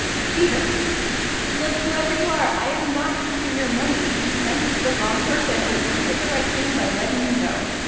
stephen look, whoever you are, i am not keeping your money. you sent it to the wrong person, and i did the right thing by letting you know.